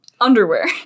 underwear